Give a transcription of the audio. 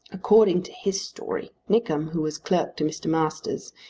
according to his story nickem, who was clerk to mr. masters,